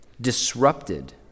disrupted